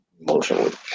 emotionally